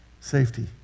Safety